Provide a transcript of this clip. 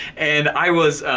and i was.